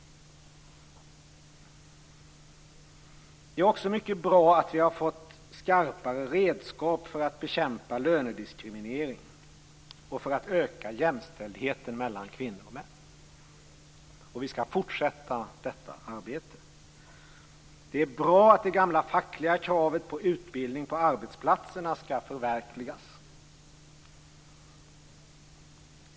Det är också mycket bra att vi har fått skarpare redskap för att bekämpa lönediskriminering och för att öka jämställdheten mellan kvinnor och män. Vi skall fortsätta detta arbete. Det är bra att det gamla fackliga kravet på utbildning på arbetsplatserna skall förverkligas.